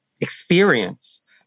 experience